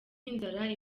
inzara